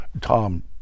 Tom